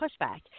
pushback